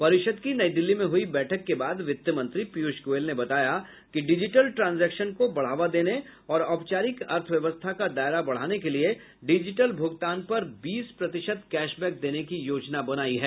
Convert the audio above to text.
परिषद् की नई दिल्ली में हुई बैठक के बाद वित्त मंत्री पीयूष गोयल ने बताया कि डिजिटल ट्रांजेक्शन को बढ़ावा देने और औपचारिक अर्थव्यवस्था का दायरा बढ़ाने के लिए डिजिटल भूगतान पर बीस प्रतिशत कैशबैक देने की योजना बनायी है